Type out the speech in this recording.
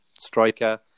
striker